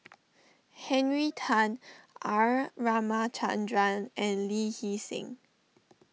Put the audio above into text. Henry Tan R Ramachandran and Lee Hee Seng